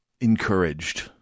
encouraged